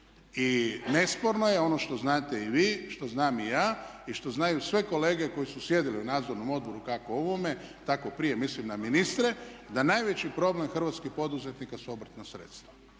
I nesporno je, ono što znate i vi, što znam i ja i što znaju sve kolege koje su sjedile u nadzornom odboru, kako ovome, tako i prije, mislim na ministre, da najveći problem hrvatskih poduzetnika su obrtna sredstva.